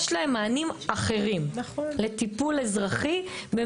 יש להם מענים אחרים לטיפול אזרחי.